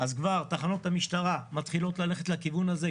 תחנות המשטרה מתחילות ללכת לכיוון הזה.